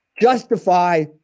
justify